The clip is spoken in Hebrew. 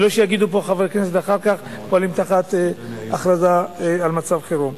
ולא שיגידו כאן חברי כנסת אחר כך: פועלים תחת הכרזה על מצב חירום.